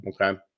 okay